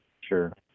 Sure